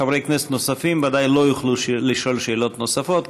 חברי כנסת נוספים לא יוכלו לשאול שאלות נוספות,